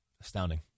Astounding